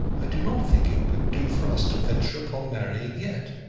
i do not think it would do for us to venture upon marrying yet.